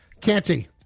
Canty